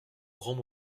grand